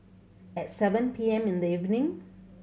at seven P M in the evening